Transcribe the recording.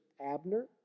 Abner